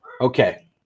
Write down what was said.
Okay